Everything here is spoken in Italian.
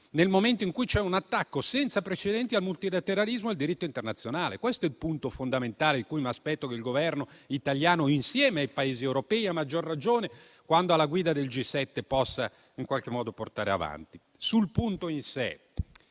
nel momento in cui c'è un attacco senza precedenti al multilateralismo e al diritto internazionale. Questo è il punto fondamentale che mi aspetto che il Governo italiano, insieme ai Paesi europei, a maggior ragione quando è alla guida del G7, possa portare avanti. Sul punto in sé,